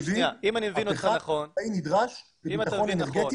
לא ציפיתי לאמירות האמוציונאליות של חלק מאנשי חברת החשמל.